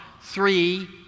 three